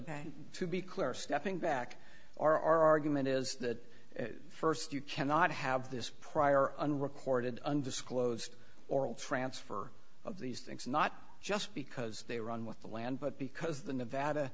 to be clear stepping back our argument is that first you cannot have this prior unrecorded undisclosed oral transfer of these things not just because they run with the land but because the nevada